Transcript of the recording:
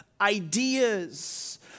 ideas